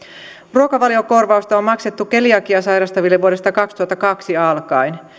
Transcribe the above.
ruokavaliokorvausta on maksettu keliakiaa sairastaville vuodesta kaksituhattakaksi alkaen